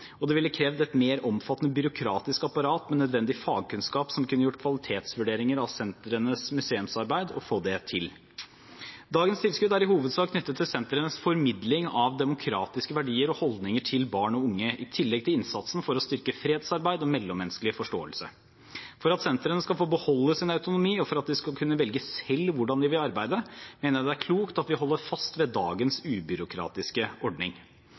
og det ville krevd et mer omfattende byråkratisk apparat med nødvendig fagkunnskap som kunne gjort kvalitetsvurderinger av sentrenes museumsarbeid for å få det til. Dagens tilskudd er i hovedsak knyttet til sentrenes formidling av demokratiske verdier og holdninger til barn og unge, i tillegg til innsatsen for å styrke fredsarbeid og mellommenneskelig forståelse. For at sentrene skal få beholde sin autonomi, og for at de skal kunne velge selv hvordan de vil arbeide, mener jeg det er klokt at vi holder fast ved dagens ubyråkratiske ordning.